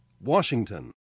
Washington